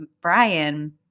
Brian –